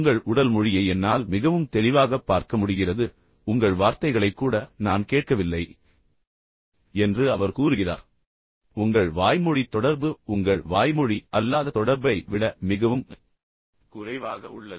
உங்கள் உடல் மொழியை என்னால் மிகவும் தெளிவாகப் பார்க்க முடிகிறது உங்கள் வார்த்தைகளைக் கூட நான் கேட்கவில்லை என்று அவர் கூறுகிறார் எனவே உங்கள் வாய்மொழி தொடர்பு உங்கள் வாய்மொழி அல்லாத தொடர்பை விட மிகவும் குறைவாக உள்ளது அதைத்தான் அவர் உங்களுக்குச் சொல்ல முயற்சிக்கிறார்